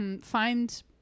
find